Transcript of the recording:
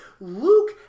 Luke